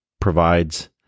provides